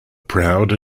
proud